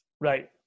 right